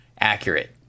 accurate